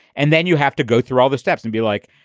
and then you have to go through all the steps and be like,